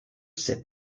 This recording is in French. sait